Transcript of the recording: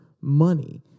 money